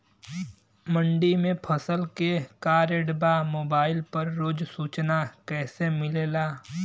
मंडी में फसल के का रेट बा मोबाइल पर रोज सूचना कैसे मिलेला?